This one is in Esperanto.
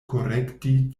korekti